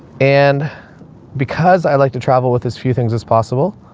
and because i like to travel with as few things as possible,